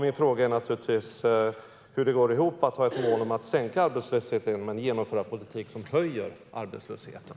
Min fråga är naturligtvis: Hur går det ihop att ha ett mål om att sänka arbetslösheten men genomföra politik som höjer arbetslösheten?